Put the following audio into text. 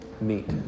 meet